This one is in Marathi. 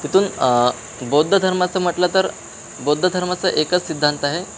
तिथून बौद्ध धर्माचं म्हटलं तर बौद्ध धर्माचं एकच सिद्धांत आहे